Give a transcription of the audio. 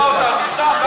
היא מעליבה אותנו סתם.